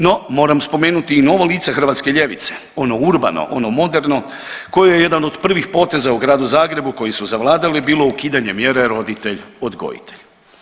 No, moram spomenuti i novo lice hrvatske ljevice, ono urbano, ono moderno kojoj je jedan od prvih poteza u Gradu Zagrebu koji su zavladali bilo ukidanje mjere roditelj odgojitelj.